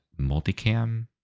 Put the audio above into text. multicam